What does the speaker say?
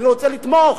אני רוצה לתמוך,